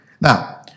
Now